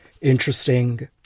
interesting